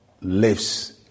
lives